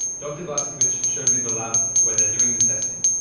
dr blaskovich showed me the lab where they're doing the testing.